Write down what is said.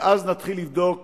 ואז נתחיל לבדוק